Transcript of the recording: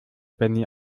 benny